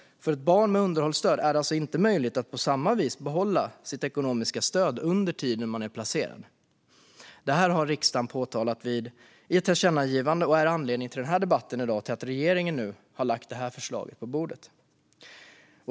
För ett barn med underhållstöd är det alltså inte möjligt att på samma vis behålla sitt ekonomiska stöd under tiden i placering. Detta har riksdagen uppmärksammat i tidigare tillkännagivande, och det är en anledning till att regeringen nu har lagt detta förslag på bordet.